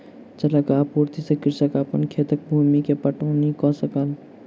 जलक आपूर्ति से कृषक अपन खेतक भूमि के पटौनी कअ सकल